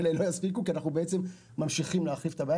האלה לא יספיקו כי אנחנו ממשיכים להחריף את הבעיה.